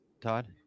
todd